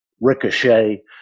ricochet